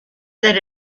that